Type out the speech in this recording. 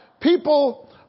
People